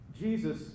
Jesus